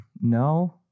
no